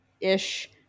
ish